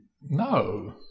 no